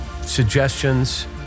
suggestions